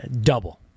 double